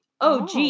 OG